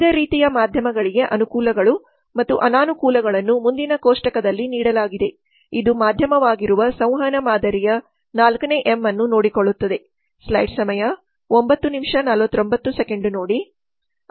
ವಿವಿಧ ರೀತಿಯ ಮಾಧ್ಯಮಗಳಿಗೆ ಅನುಕೂಲಗಳು ಮತ್ತು ಅನಾನುಕೂಲಗಳನ್ನು ಮುಂದಿನ ಕೋಷ್ಟಕದಲ್ಲಿ ನೀಡಲಾಗಿದೆ ಇದು ಮಾಧ್ಯಮವಾಗಿರುವ ಸಂವಹನ ಮಾದರಿಯ 4 ನೇ ಎಂ ಅನ್ನು ನೋಡಿಕೊಳ್ಳುತ್ತದೆ